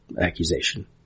accusation